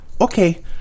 okay